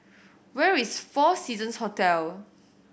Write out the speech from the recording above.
where is Four Seasons Hotel